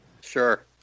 Sure